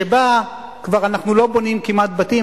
שבה אנחנו כבר לא בונים כמעט בתים,